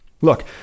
Look